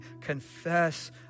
confess